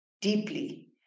deeply